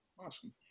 Awesome